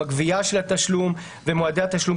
גביית התשלום ומועדי התשלום.